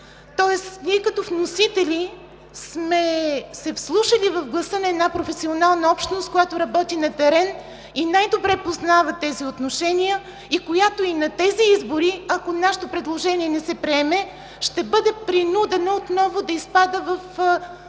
тоест ние като вносители сме се вслушали в гласа на една професионална общност, която работи на терен и най-добре познава тези отношения и която и на тези избори, ако нашето предложение не се приеме, ще бъде принудена отново да изпада в почти комични